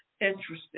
interesting